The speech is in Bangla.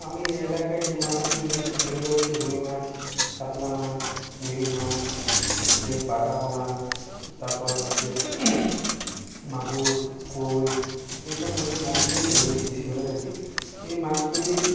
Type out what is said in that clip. আমি এ এলাকায় যে মাছগুলি ধরেছি সেগুলো হচ্ছে রুই মাছ কাতলা মাছ মিরিং মাছ হচ্ছে বাটা পোনা তারপর হচ্ছে মাগুর কৈ এইসব ধরনের মাছগুলি আমি ধরেছি বেশি ধরে থাকি এই মাছগুলি